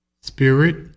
Spirit